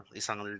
isang